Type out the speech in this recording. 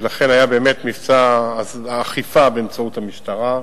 ולכן היה באמת מבצע אכיפה באמצעות המשטרה,